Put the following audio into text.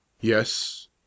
Yes